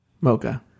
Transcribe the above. mocha